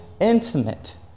intimate